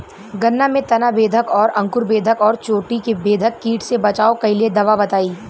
गन्ना में तना बेधक और अंकुर बेधक और चोटी बेधक कीट से बचाव कालिए दवा बताई?